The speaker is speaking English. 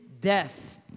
death